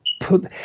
put